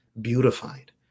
beautified